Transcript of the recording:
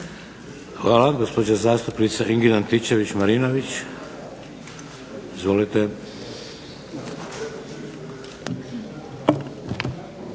Hvala. Gospođa zastupnica Ingrid Antičević Marinović. Izvolite.